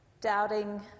doubting